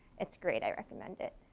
it's great. i recommend it.